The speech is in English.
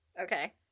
okay